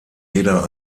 weder